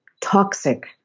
toxic